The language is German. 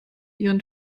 ihren